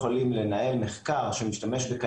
מטופל שגייסנו למחקר,